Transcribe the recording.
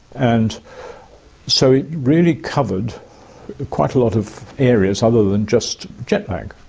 and so it really covered quite a lot of areas other than just jetlag.